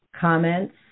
Comments